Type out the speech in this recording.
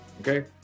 Okay